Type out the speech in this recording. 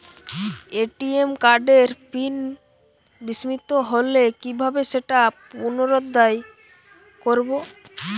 ATM কার্ডের PIN বিস্মৃত হলে কীভাবে সেটা পুনরূদ্ধার করব?